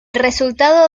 resultado